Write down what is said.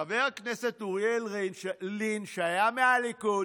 חבר הכנסת אוריאל לין, שהיה מהליכוד,